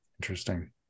Interesting